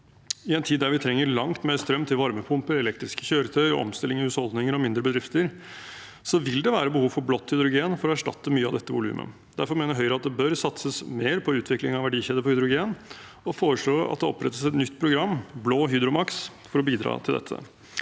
I en tid der vi trenger langt mer strøm til varmepumper, elektriske kjøretøy og omstilling i husholdninger og mindre bedrifter, vil det være behov for blått hydrogen for å erstatte mye av dette volumet. Derfor mener Høyre at det bør satses mer på utvikling av en verdikjede for hydrogen, og vi foreslår at det opprettes et nytt program, BLÅHYDROMAKS, for å bidra til dette.